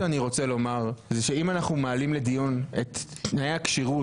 רוצה לומר אם אנחנו מעלים לדיון את תנאי הכשירות